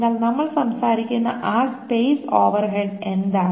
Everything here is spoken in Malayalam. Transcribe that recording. എന്നാൽ നമ്മൾ സംസാരിക്കുന്ന ആ സ്പേസ് ഓവർഹെഡ് എന്താണ്